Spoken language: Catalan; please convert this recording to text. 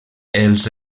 els